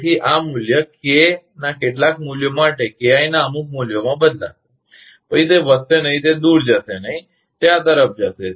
તેથી આ મૂલ્ય K ના કેટલાક મૂલ્યો માટે KI ના અમુક મૂલ્યોમાં બદલાશે પછી તે વધશે નહીં તે દૂર જશે નહીં તે આ તરફ જશે